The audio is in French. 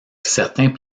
certains